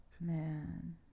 Man